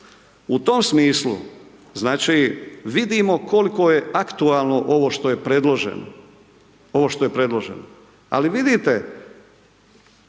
U tom smislu, znači vidimo koliko je aktualno ovo što je predloženo, ovo što